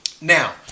Now